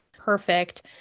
perfect